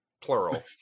Plural